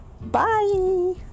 Bye